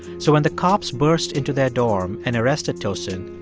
so when the cops burst into their dorm and arrested tosin,